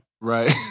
Right